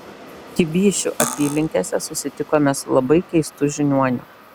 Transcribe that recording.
kibyšių apylinkėse susitikome su labai keistu žiniuoniu